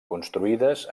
construïdes